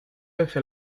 desde